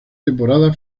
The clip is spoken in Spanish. temporada